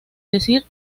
decir